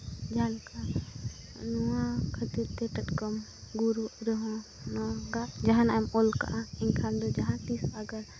ᱡᱟᱦᱟᱸ ᱞᱮᱠᱟ ᱱᱚᱣᱟ ᱠᱷᱟᱹᱛᱤᱨ ᱛᱮ ᱴᱟᱴᱠᱟᱢ ᱜᱩᱨᱩᱜ ᱨᱮᱦᱚᱢ ᱱᱚᱝᱠᱟ ᱡᱟᱦᱟᱱᱟᱜᱮᱢ ᱚᱞ ᱠᱟᱜᱼᱟ ᱮᱱᱠᱷᱟᱱ ᱫᱚ ᱡᱟᱦᱟᱸ ᱛᱤᱥ ᱫᱚ ᱟᱜᱟᱨ